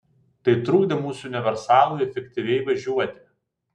tai trukdė mūsų universalui efektyviai važiuoti